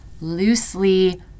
loosely